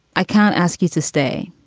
i can't ask you to stay.